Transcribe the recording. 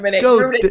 go